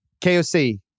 KOC